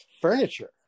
furniture